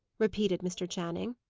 repeated mr. channing.